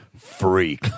Freak